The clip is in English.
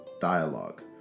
dialogue